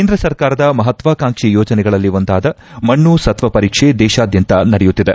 ಕೇಂದ್ರ ಸರ್ಕಾರದ ಮಹತ್ವಾಂಕ್ಷಿ ಯೋಜನೆಗಳಲ್ಲಿ ಒಂದಾದ ಮಣ್ಣು ಸತ್ತ ಪರೀಕ್ಷೆ ದೇಶಾದ್ಯಂತ ನಡೆಯುತ್ತಿದೆ